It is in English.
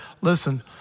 Listen